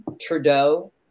Trudeau